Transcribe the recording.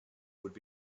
would